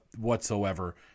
whatsoever